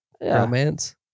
romance